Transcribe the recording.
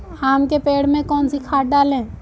आम के पेड़ में कौन सी खाद डालें?